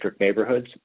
neighborhoods